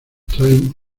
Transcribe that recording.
traen